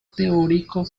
teórico